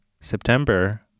September